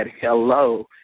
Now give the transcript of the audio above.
hello